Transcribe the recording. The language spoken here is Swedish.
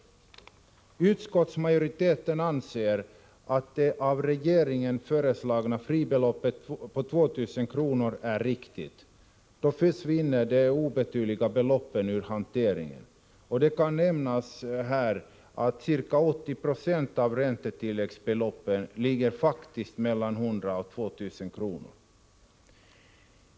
Utskottsmajoriteten anser att det av regeringen föreslagna fribeloppet på 2 000 kr. är riktigt — då försvinner de obetydliga beloppen ur hanteringen. Det kan här nämnas att ca 80 22 av räntetilläggsbeloppen faktiskt ligger mellan 100 kr. och 2 000 kr.